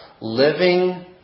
living